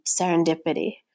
serendipity